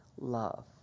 love